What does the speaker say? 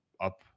up